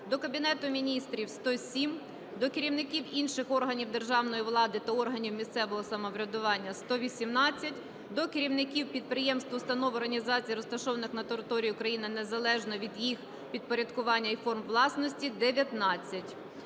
до Кабінету Міністрів – 107. До керівників інших органів державної влади та органів місцевого самоврядування – 118, до керівників підприємств, установ, організацій, розташованих на території України незалежно від їх підпорядкування і форм власності – 19.